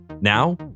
now